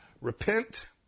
Repent